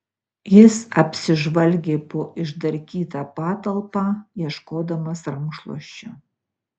jis apsižvalgė po išdarkytą patalpą ieškodamas rankšluosčio